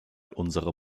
unserer